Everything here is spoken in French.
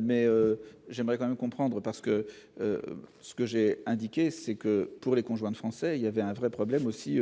mais j'aimerais quand même comprendre parce que ce que j'ai indiqué, c'est que pour les conjoints de Français, il y avait un vrai problème aussi